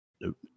Nope